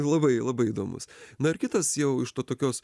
labai labai įdomus na ir kitas jau iš to tokios